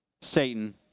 Satan